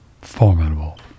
formidable